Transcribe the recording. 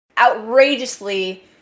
Outrageously